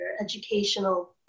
educational